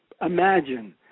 imagine